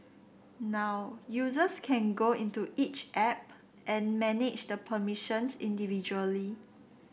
now users can go into each app and manage the permissions individually